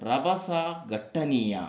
रबसा गट्टनीया